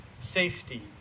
safety